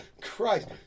Christ